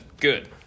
good